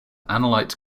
analyte